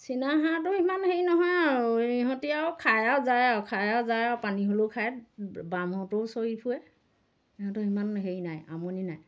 চিনা হাঁহটো ইমান হেৰি নহয় আৰু ইহঁতে আৰু খায় আৰু যায় আৰু খায় আৰু যায় আৰু পানী হ'লেও খায় বাম হওতেও চৰি ফুৰে সিহঁতৰ ইমান হেৰি নাই আমনি নাই ইহঁতে